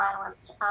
violence